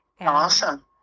Awesome